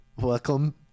Welcome